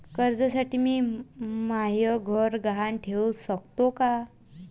कर्जसाठी मी म्हाय घर गहान ठेवू सकतो का